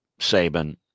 Saban